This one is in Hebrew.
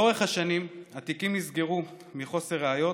לאורך השנים התיקים נסגרו מחוסר ראיות.